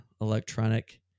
electronic